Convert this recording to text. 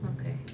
okay